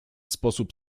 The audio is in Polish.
sposób